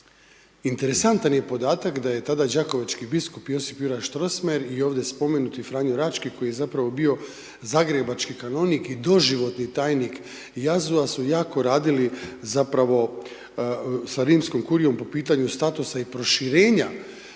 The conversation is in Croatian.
Interesantan je podataka da je tada đakovački biskup J.J. Strossmayer i ovdje spomenuti Franjo Rački koji je zapravo bio zagrebački kanonik i doživotni tajnik JAZU-a su jako radili zapravo sa rimskom kurijom po pitanju statusa i proširenja